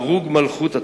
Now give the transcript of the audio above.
שהרוג מלכות אתה,